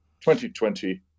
2020